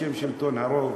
בשם שלטון הרוב.